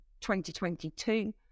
2022